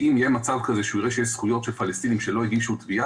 אם יהיה מצב כזה שהוא יראה שיש זכויות של פלסטינים שלא הגישו תביעה